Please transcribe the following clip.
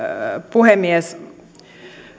puhemies